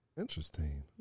Interesting